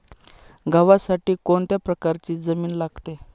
गव्हासाठी कोणत्या प्रकारची जमीन लागते?